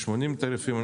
80 תעריפים,